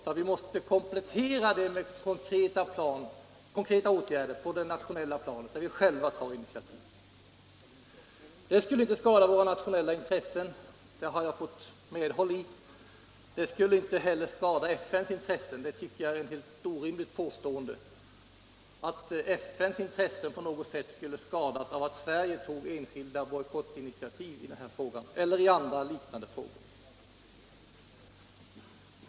Men vi måste komplettera detta med konkreta åtgärder på det nationella planet, där vi själva tar initiativ. Det skulle inte skada våra nationella intressen, detta har jag fått medhåll i, och det skulle inte heller skada FN:s intressen. Det är ett helt orimligt påstående att FN:s intressen på något sätt skulle skadas av att Sverige tog enskilda bojkottinitiativ här eller i andra liknande fall.